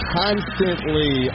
constantly